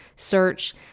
Search